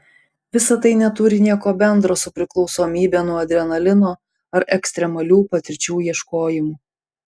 visa tai neturi nieko bendro su priklausomybe nuo adrenalino ar ekstremalių patirčių ieškojimu